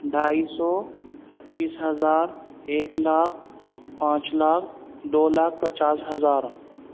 ڈھائی سو پچیس ہزار ایک لاکھ پانچ لاکھ دو لاکھ پچاس ہزار